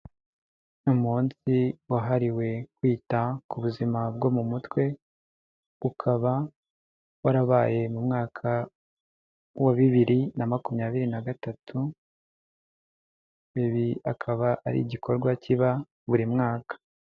Umunsi wahariwe kwita ku buzima bwo mu mutwe, ukaba warabaye mu mwaka wa bibiri na makumyabiri na gatatu, ibi akaba ari igikorwa kiba buri mwaka.